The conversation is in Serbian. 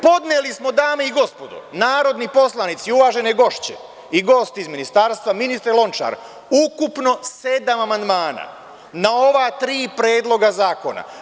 Podneli smo dame i gospodo narodni poslanici, uvažene gošće i gosti iz ministarstva, ministre Lončar, ukupno sedam amandmana na ova tri predloga zakona.